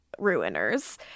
ruiners